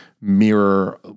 mirror